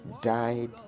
died